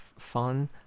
fun